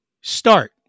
Start